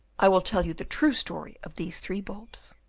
i will tell you the true story of these three bulbs.